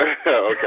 Okay